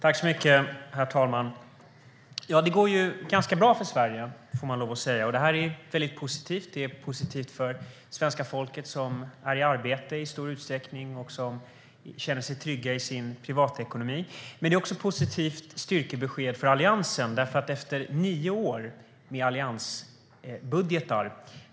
Herr talman! Det går ganska bra för Sverige, får man lov att säga. Det är mycket positivt för svenska folket som i stor utsträckning är i arbete och som känner sig trygga i sin privatekonomi. Men det är också ett positivt styrkebesked för Alliansen efter nio år med alliansbudgetar.